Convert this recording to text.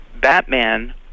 Batman